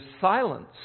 silence